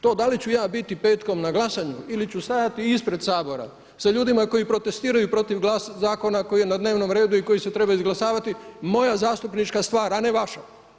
To da li ću ja biti petkom na glasanju ili ću stajati ispred Sabora sa ljudima koji protestiraju protiv zakona koji je na dnevnom redu i koji se treba izglasavati moja zastupnička stvar a ne vaša.